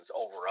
over